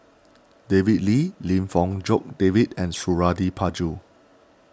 David Lee Lim Fong Jock David and Suradi Parjo